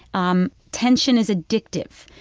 um tension is addictive,